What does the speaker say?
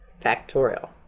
factorial